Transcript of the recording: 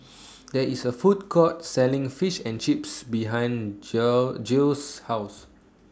There IS A Food Court Selling Fish and Chips behind Geo Geo's House